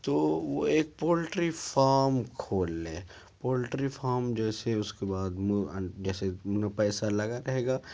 تو وہ ایک پولٹری فارم کھول لے پولٹری فارم جیسے اس کے بعد جیسے مطلب پیسہ لگا رہے گا